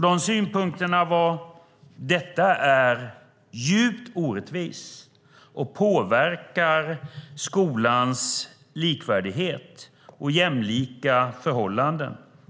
De synpunkterna var: Detta är djupt orättvist och påverkar skolans likvärdighet och jämlika förhållanden.